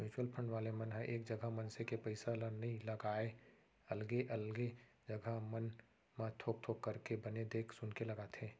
mutual fund वाले मन ह एक जगा मनसे के पइसा ल नइ लगाय अलगे अलगे जघा मन म थोक थोक करके बने देख सुनके लगाथे